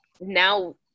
Now